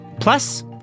Plus